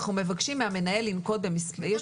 אנחנו מבקשים מהמנהל לנקוט במספר דרכים שיש לו.